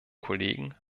kollegen